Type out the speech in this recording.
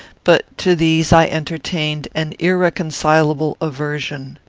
but to these i entertained an irreconcilable aversion.